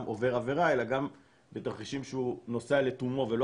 עובר עבירה אלא גם בתרחישים שהוא נוסע לתומו ולא